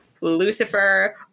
Lucifer